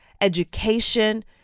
education